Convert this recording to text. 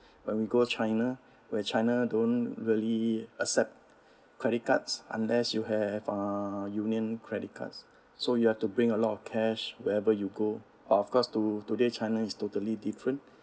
when we go china where china don't really accept credit cards unless you have uh union credit cards so you have to bring a lot of cash wherever you go of course to~ today china is totally different